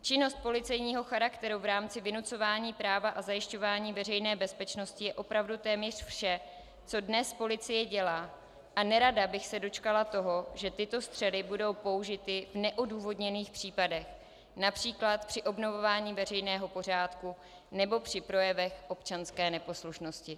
Činnost policejního charakteru v rámci vynucování práva a zajišťování veřejné bezpečnosti je opravdu téměř vše, co dnes policie dělá, a nerada bych se dočkala toho, že tyto střely budou použity v neodůvodněných případech, například při obnovování veřejného pořádku nebo při projevech občanské neposlušnosti.